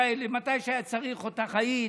כשהיה צריך אותך, היית.